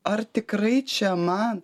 ar tikrai čia man